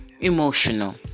emotional